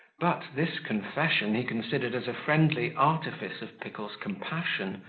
but this confession he considered as a friendly artifice of pickle's compassion,